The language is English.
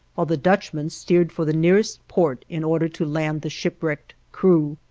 while the dutchman steered for the nearest port in order to land the shipwrecked crew.